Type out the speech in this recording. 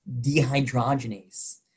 dehydrogenase